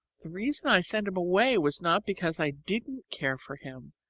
the reason i sent him away was not because i didn't care for him,